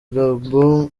gabon